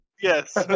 Yes